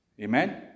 Amen